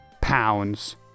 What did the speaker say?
pounds